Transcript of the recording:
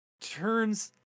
turns